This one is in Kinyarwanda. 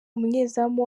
umunyezamu